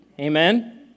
Amen